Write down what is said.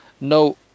no